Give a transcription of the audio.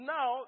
Now